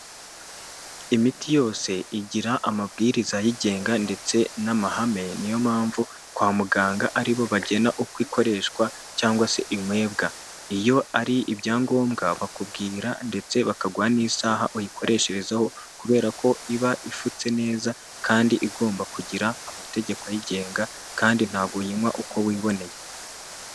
Imiti yose igira amabwiriza ayigenga ndetse n'amahame, niyo mpamvu kwa muganga ari bo bagena uko ikoreshwa cyangwa se inywebwa. Iyo ari ibyangombwa bakubwira ndetse bakaguha n'isaha uyikoresherezaho, kubera ko iba ifutse neza kandi igomba kugira amategeko ayigenga kandi ntago uyinywa uko wiboneye.